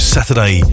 Saturday